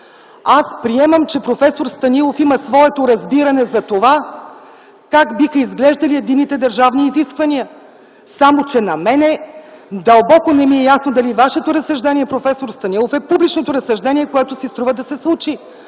Аз приемам, че проф. Станилов има своето разбиране за това как биха изглеждали единните държавни изисквания, само че на мен дълбоко не ми е ясно дали Вашето разсъждение, проф. Станилов, е публичното разсъждение, което си струва да се случи.